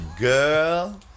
girl